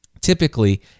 typically